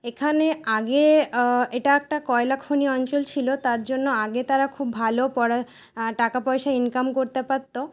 এখানে আগে এটা একটা কয়লাখনি অঞ্চল ছিল তার জন্য আগে তারা খুব ভালো পড়া টাকাপয়সা ইনকাম করতে পারতো